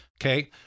Okay